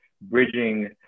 bridging